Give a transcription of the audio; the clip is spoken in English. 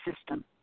system